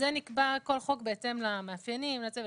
כל חוק נקבע בהתאם למאפיינים שלו.